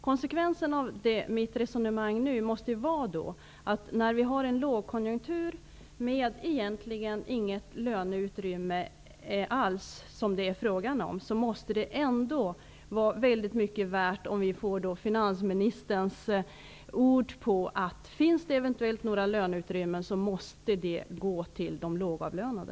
Konsekvensen av mitt resonemang måste vara att när vi nu har en lågkonjunktur, med egentligen inget löneutrymme alls, måste det vara mycket värt om vi får finansministerns ord på att det, om det eventuellt finns något löneutrymme, måste gå till de lågavlönade.